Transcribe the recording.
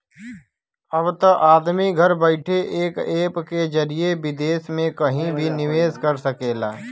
अब त आदमी घर बइठे एक ऐप के जरिए विदेस मे कहिं भी निवेस कर सकेला